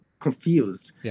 confused